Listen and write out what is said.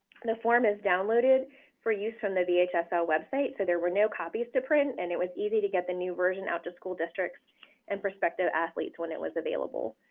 the form is downloaded for use from the vhsl website, so there were no copies to print and it was easy to get the new version out to school districts and prospective athletes when it was available.